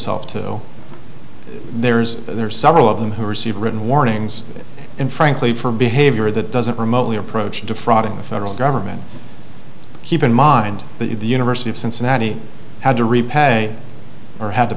himself to there's there are several of them who received written warnings and frankly from behavior that doesn't remotely approach defrauding the federal government keep in mind that the university of cincinnati had to repay or had to